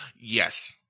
Yes